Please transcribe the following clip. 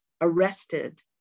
arrested